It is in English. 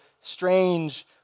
strange